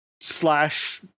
slash